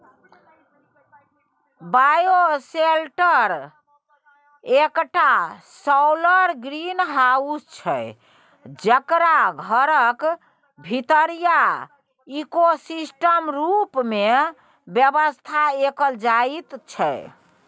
bioshelter एकटा solar greenhouse छै जकरा घरक भीतरीया इकोसिस्टम रुप मे बेबस्था कएल जाइत छै